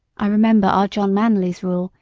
i remember our john manly's rule,